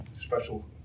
Special